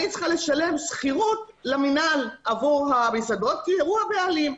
אני צריכה לשלם שכירות למינהל עבור המסעדות האלה כי הוא הבעלים.